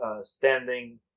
standing